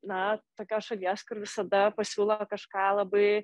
na tokios šalies kur visada pasiūlo kažką labai